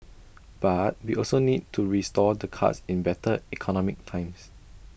but we also need to restore the cuts in better economic times